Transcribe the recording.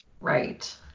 right